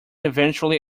eventually